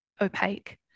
opaque